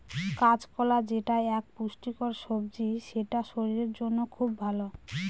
কাঁচকলা যেটা এক পুষ্টিকর সবজি সেটা শরীরের জন্য খুব ভালো